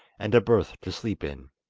and a berth to sleep in,